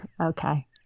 okay